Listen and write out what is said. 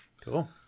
Cool